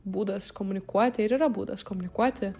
būdas komunikuoti ir yra būdas komunikuoti